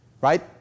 right